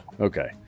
okay